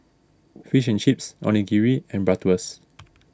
Fish and Chips Onigiri and Bratwurst